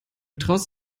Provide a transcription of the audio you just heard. traust